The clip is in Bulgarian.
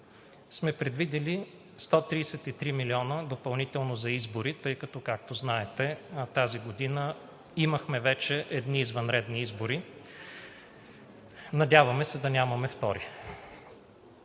сме предвидили 133 милиона допълнително за избори, тъй като, както знаете, тази година имахме вече едни извънредни избори. Надяваме се да нямаме втори.